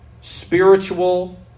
spiritual